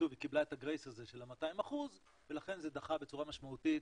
קיבלה את הגרייס הזה של ה-200% ולכן זה דחה בצורה משמעותית